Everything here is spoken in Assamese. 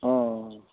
অঁ